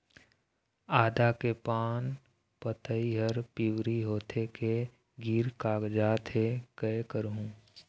आदा के पान पतई हर पिवरी होथे के गिर कागजात हे, कै करहूं?